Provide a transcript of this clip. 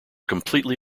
completely